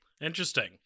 interesting